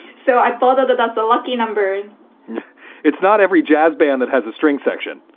so i thought that that's a lucky number it's not every jazz band that has a string section.